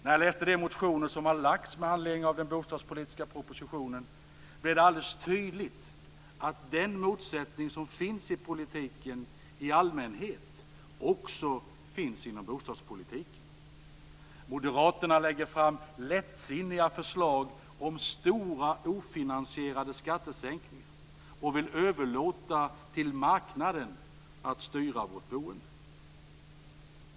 När jag läste de motioner som har väckts med anledning av den bostadspolitiska propositionen blev det alldeles tydligt att den motsättning som finns i politiken i allmänhet också finns inom bostadspolitiken. Moderaterna lägger fram lättsinniga förslag om stora ofinansierade skattesänkningar och vill överlåta till marknaden att styra vårt boende.